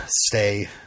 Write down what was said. stay